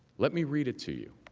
let me read it to you.